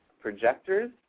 projectors